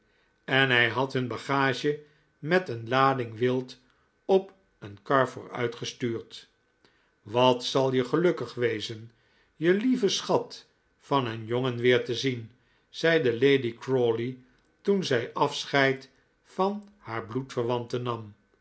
en hij had hun bagage met een lading wild op een kar vooruitgestuurd wat zal je gelukkig wezen je lieven schat van een jongen weer te zien zeide lady crawley tocn zij afscheid van haar